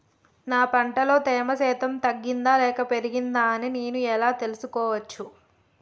నా పంట లో తేమ శాతం తగ్గింది లేక పెరిగింది అని నేను ఎలా తెలుసుకోవచ్చు?